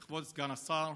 כבוד סגן השר,